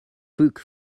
book